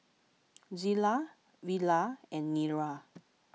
Zillah Villa and Nira